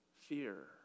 fear